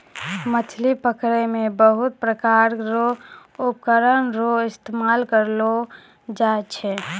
मछली पकड़ै मे बहुत प्रकार रो उपकरण रो इस्तेमाल करलो जाय छै